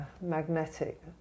magnetic